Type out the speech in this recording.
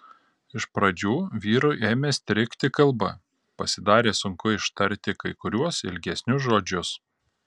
iš pradžių vyrui ėmė strigti kalba pasidarė sunku ištarti kai kuriuos ilgesnius žodžius